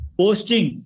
posting